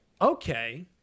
okay